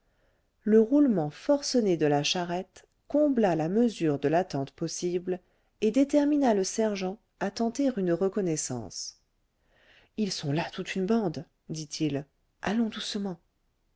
le roulement forcené de la charrette combla la mesure de l'attente possible et détermina le sergent à tenter une reconnaissance ils sont là toute une bande dit-il allons doucement